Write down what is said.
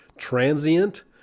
transient